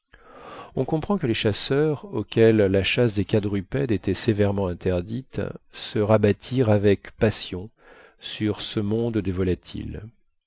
on comprend que les chasseurs auxquels la chasse des quadrupèdes était sévèrement interdite se rabattirent avec passion sur ce monde des volatiles